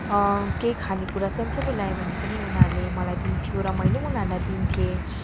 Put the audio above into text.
केही खाने कुरा सान्सानो ल्यायो भने पनि उनीहरूले मलाई दिन्थ्यो र मैले उनीहरूलाई दिन्थेँ